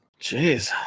Jeez